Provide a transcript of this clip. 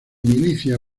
milicia